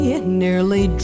nearly